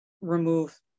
remove